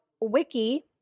Wiki